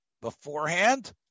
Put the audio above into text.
beforehand